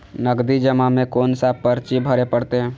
नगदी जमा में कोन सा पर्ची भरे परतें?